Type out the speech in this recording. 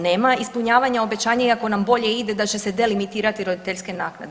Nema ispunjavanja obećanja iako nam bolje ide da će se delimitirati roditeljske naknade.